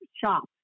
shop